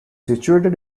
situated